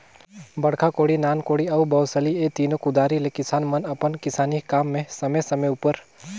बड़खा कोड़ी, नान कोड़ी अउ बउसली ए तीनो कुदारी ले किसान मन अपन किसानी काम मे समे समे उपर